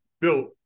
built